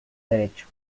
derecho